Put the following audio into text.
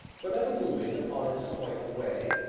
but ever moving upon its appointed way,